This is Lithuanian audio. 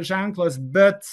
ženklas bet